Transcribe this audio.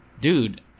dude